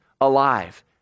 alive